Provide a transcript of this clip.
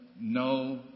no